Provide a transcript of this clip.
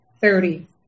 thirty